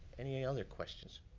any any other questions?